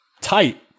tight